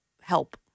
help